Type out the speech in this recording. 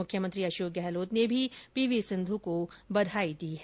मुख्यमंत्री अशोक गहलोत ने भी पी वी सिंधु को बधाई दी है